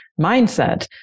mindset